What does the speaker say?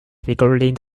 regarding